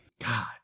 God